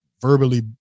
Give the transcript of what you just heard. verbally